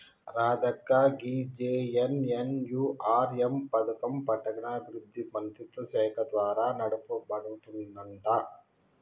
రాధక్క గీ జె.ఎన్.ఎన్.యు.ఆర్.ఎం పథకం పట్టణాభివృద్ధి మంత్రిత్వ శాఖ ద్వారా నడపబడుతుందంట